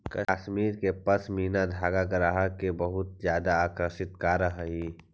कश्मीर के पशमीना धागा ग्राहक के बहुत ज्यादा आकर्षित करऽ हइ